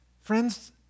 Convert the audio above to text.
Friends